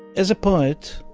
as a poet,